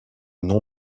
nom